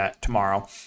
tomorrow